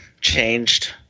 changed